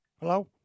Hello